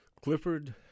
Clifford